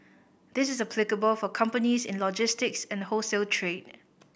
this is applicable for companies in logistics and wholesale trade